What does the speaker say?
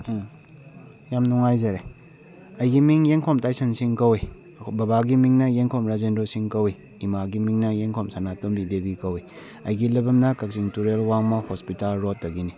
ꯌꯥꯝ ꯅꯨꯡꯉꯥꯏꯖꯔꯦ ꯑꯩꯒꯤ ꯃꯤꯡ ꯌꯦꯡꯈꯣꯝ ꯇꯥꯏꯁꯟ ꯁꯤꯡ ꯀꯧꯏ ꯑꯩꯈꯣꯏ ꯕꯥꯕꯒꯤ ꯃꯤꯡꯅ ꯌꯦꯡꯈꯣꯝ ꯔꯥꯖꯦꯟꯗ꯭ꯔꯣ ꯁꯤꯡꯍ ꯀꯧꯏ ꯏꯃꯥꯒꯤ ꯃꯤꯡꯅ ꯌꯦꯡꯈꯣꯝ ꯁꯅꯥꯇꯣꯝꯕꯤ ꯗꯦꯕꯤ ꯀꯧꯏ ꯑꯩꯒꯤ ꯂꯩꯐꯝꯅ ꯀꯥꯛꯆꯤꯡ ꯇꯨꯔꯦꯜ ꯋꯥꯡꯃꯥ ꯍꯣꯁꯄꯤꯇꯥꯜ ꯔꯣꯗꯇꯒꯤꯅꯤ